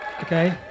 Okay